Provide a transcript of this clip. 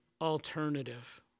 alternative